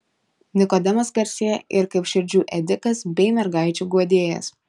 nikodemas garsėja ir kaip širdžių ėdikas bei mergaičių guodėjas